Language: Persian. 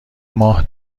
ماه